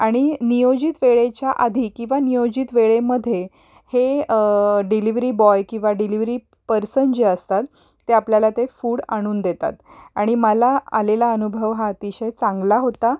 आणि नियोजित वेळेच्या आधी किंवा नियोजित वेळेमध्ये हे डिलिव्हरी बॉय किंवा डिलिव्हरी पर्सन जे असतात ते आपल्याला ते फूड आणून देतात आणि मला आलेला अनुभव हा अतिशय चांगला होता